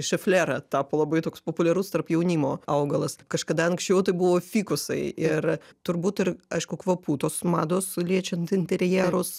šeflera tapo labai toks populiarus tarp jaunimo augalas kažkada anksčiau tai buvo fikusai ir turbūt ir aišku kvapų tos mados liečiant interjerus